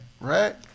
right